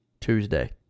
Tuesday